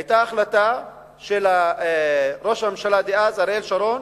היתה החלטה של ראש הממשלה דאז, אריאל שרון,